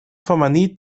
femení